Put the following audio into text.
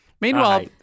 Meanwhile